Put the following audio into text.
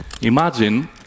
imagine